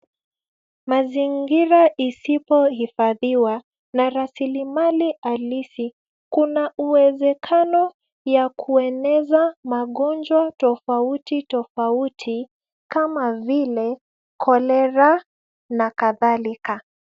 Mazingira isipohifadhiwa na rasilimali halisi, kuna uwezekano ya kueneza magonjwa tofauti tofauti kama vile kolera na kadhalika.